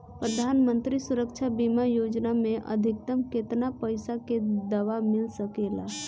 प्रधानमंत्री सुरक्षा बीमा योजना मे अधिक्तम केतना पइसा के दवा मिल सके ला?